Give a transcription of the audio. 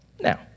Now